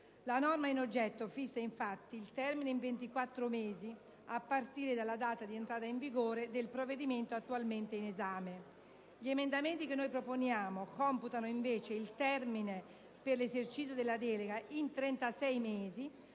La norma in oggetto fissa, infatti, il termine in 24 mesi a partire dalla data di entrata in vigore del provvedimento attualmente in esame. Gli emendamenti che proponiamo indicano, invece, il termine per l'esercizio della delega in 36 mesi